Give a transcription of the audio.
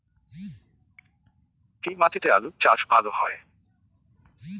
কি মাটিতে আলু চাষ ভালো হয়?